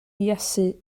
iesu